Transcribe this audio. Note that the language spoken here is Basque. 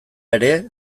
ere